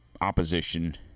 opposition